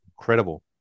incredible